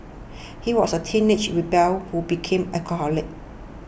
he was a teenage rebel who became alcoholic